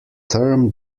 term